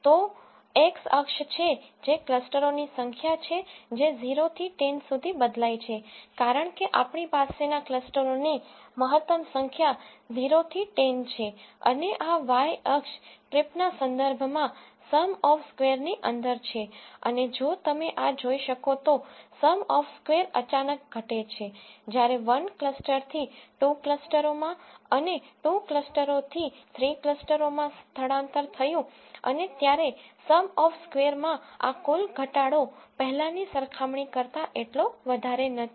તો આ એક્સ અક્ષ છે જે ક્લસ્ટરોની સંખ્યા છે જે 0 થી 10 સુધી બદલાય છે કારણ કે આપણી પાસેના ક્લસ્ટરોની મહત્તમ સંખ્યા 0 થી 10 છે અને આ વાય અક્ષ ટ્રીપના સંદર્ભમાં સમ ઓફ સ્કેવરની અંદર છે અને જો તમે આ જોઈ શકો તો સમ ઓફ સ્કેવર અચાનક ઘટે છે જ્યારે 1 ક્લસ્ટરથી 2 ક્લસ્ટરોમાં અને 2 ક્લસ્ટરોથી 3 ક્લસ્ટરોમાં સ્થળાંતર થયું અને ત્યારે સમ ઓફ સ્કેવરમાં આ કુલ ઘટાડો પહેલા ની સસરખામણી કરતાં એટલો વધારે નથી